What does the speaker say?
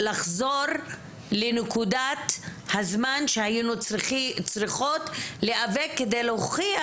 לחזור לנקודת הזמן שהיינו צריכות להיאבק כדי להוכיח